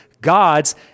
God's